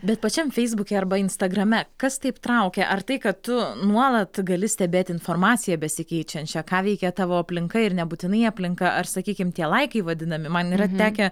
bet pačiam feisbuke arba instagrame kas taip traukia ar tai kad tu nuolat gali stebėti informaciją besikeičiančią ką veikia tavo aplinka ir nebūtinai aplinka ar sakykim tie laikai vadinami man yra tekę